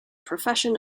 profession